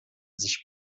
sich